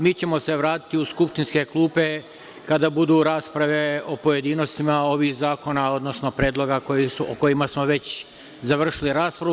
Mi ćemo se vratiti u skupštinske klupe kada budu rasprave o pojedinostima ovih zakona, odnosno predloga o kojima smo već završili raspravu.